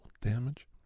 damage